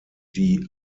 die